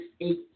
eight